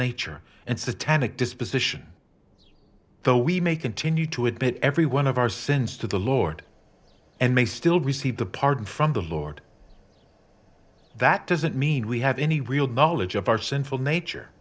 nature and satanic disposition though we may continue to admit every one of our sins to the lord and may still receive the pardon from the lord that doesn't mean we have any real knowledge of our sinful nature